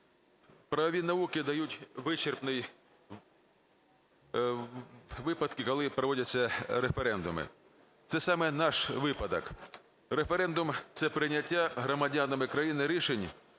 Правові науки дають вичерпні випадки, коли проводяться референдуми. Це саме наш випадок. Референдум – це прийняття громадянами країни рішень,